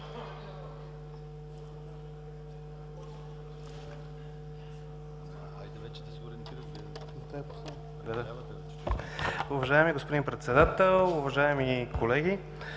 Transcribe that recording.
Уважаеми, господин Председател, уважаеми господин